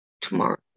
tomorrow